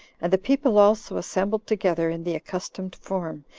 and the people also assembled together in the accustomed form,